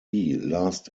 last